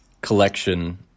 collection